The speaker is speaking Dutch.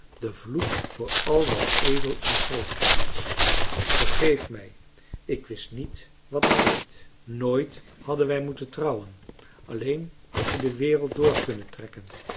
de vloek voor al wat edel en groot in je is vergeef mij ik wist niet wat ik deed nooit hadden wij moeten trouwen alleen had je de wereld door kunnen trekken